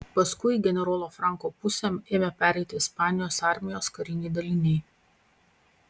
paskui į generolo franko pusę ėmė pereiti ispanijos armijos kariniai daliniai